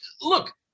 Look